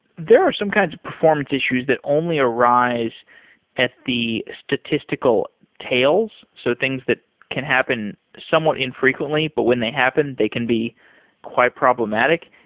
there are some kinds of performance issues that only arise at the statistical tails. so things that can happen somewhat infrequently, but when they happen, they can be quite problematic.